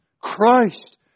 Christ